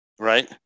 right